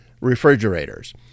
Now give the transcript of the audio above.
refrigerators